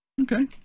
okay